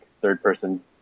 third-person